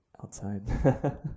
outside